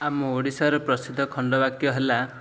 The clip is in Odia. ଆମ ଓଡ଼ିଶାର ପ୍ରସିଦ୍ଧ ଖଣ୍ଡବାକ୍ୟ ହେଲା